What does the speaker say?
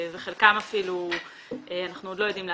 את חלקם אנחנו לא יודעים לאתר.